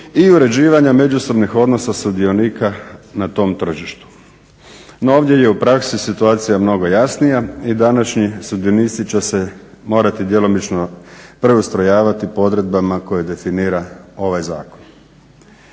i uređivanja međusobnih odnosa sudionika na tom tržištu. No, ovdje je u praksi situacija mnogo jasnija i današnji sudionici će se morati djelomično preustrojavati po odredbama koje definira ovaj zakon.